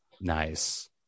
Nice